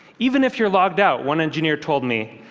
even if you're logged out, one engineer told me,